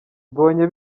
mbonye